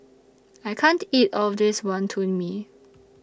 I can't eat All of This Wonton Mee